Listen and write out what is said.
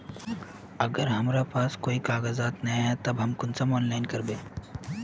अगर हमरा पास कोई कागजात नय है तब हम कुंसम ऑनलाइन करबे?